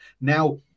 now